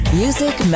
music